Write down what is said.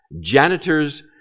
janitors